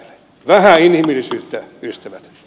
vähän inhimillisyyttä ystävät